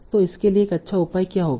तो इसके लिए एक अच्छा उपाय क्या होगा